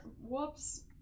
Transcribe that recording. Whoops